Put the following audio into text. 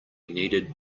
needed